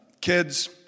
kids